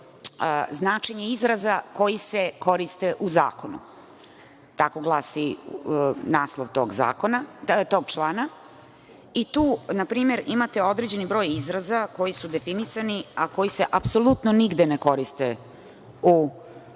značenje izraza koji se koriste u zakonu – tako glasi naslov tog člana. Tu, na primer, imate određeni broj izraza koji su definisani, a koji se apsolutno nigde ne koriste u zakonu: